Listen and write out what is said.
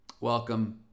welcome